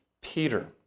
Peter